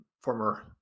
former